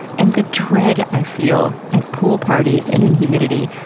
and the dread i feel at pool parties and in humidity,